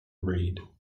read